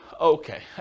Okay